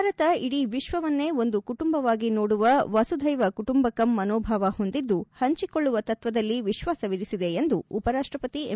ಭಾರತ ಇಡೀ ವಿಶ್ವವನ್ನೇ ಒಂದು ಕುಟುಂಬವಾಗಿ ನೋಡುವ ವಸುಧೈವ ಕುಟುಂಬಕಂ ಮನೋಭಾವ ಹೊಂದಿದ್ದು ಹಂಚಕೊಳ್ಳುವ ತತ್ವದಲ್ಲಿ ವಿಶ್ವಾಸವಿರಿಸಿದೆ ಎಂದು ಉಪರಾಷ್ಟಪತಿ ಎಂ